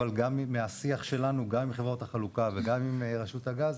אבל גם מהשיח שלנו גם עם חברות החלוקה וגם עם רשות הגז,